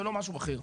ולא משהו אחר.